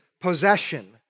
possession